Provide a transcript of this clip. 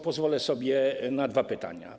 Pozwolę sobie na dwa pytania.